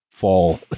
Fall